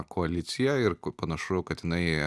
koaliciją ir ku panašu kad jinai